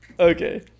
Okay